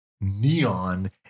neon